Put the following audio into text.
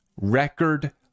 Record